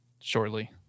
shortly